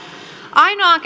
ainoaan